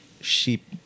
sheep